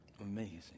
Amazing